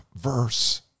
verse